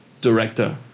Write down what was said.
director